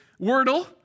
Wordle